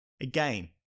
Again